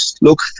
look